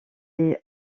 est